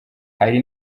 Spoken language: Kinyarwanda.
hari